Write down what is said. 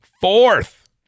fourth